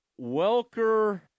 Welker